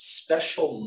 special